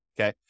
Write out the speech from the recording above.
okay